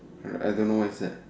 I don't know what is that